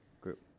group